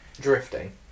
drifting